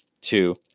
two